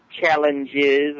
challenges